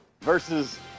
Versus